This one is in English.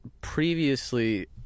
previously